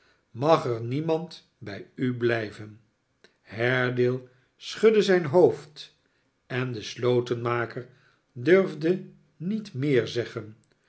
er niemand bij u blijven haredaie schudde jzijn hoofd en de slotenmaker durfde niet meer zeggen